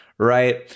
Right